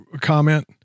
Comment